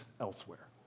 elsewhere